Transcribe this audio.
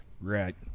Right